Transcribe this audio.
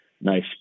nice